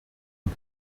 und